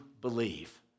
believe